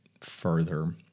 further